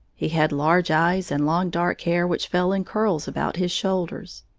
he had large eyes and long dark hair which fell in curls about his shoulders.